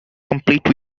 complete